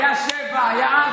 היו שבעה,